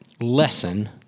lesson